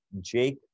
Jake